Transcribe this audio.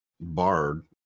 bard